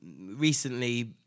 recently